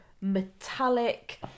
metallic